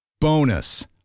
Bonus